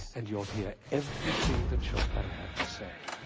and you'll hear everything that chopin had to say.